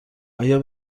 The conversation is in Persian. آیا